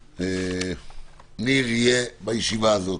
ושניר יהיה בישיבה הזאת,